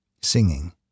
singing